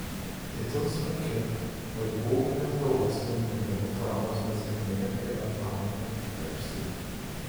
itin sunki vaikų ūminės galvos smegenų traumos pasekmė yra trauminė epilepsija